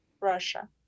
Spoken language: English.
Russia